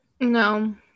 No